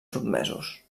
sotmesos